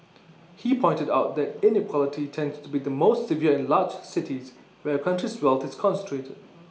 he pointed out that inequality tends to be the most severe in large cities where A country's wealth is concentrated